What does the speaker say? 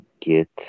get